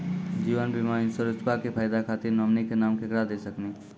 जीवन बीमा इंश्योरेंसबा के फायदा खातिर नोमिनी के नाम केकरा दे सकिनी?